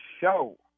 Show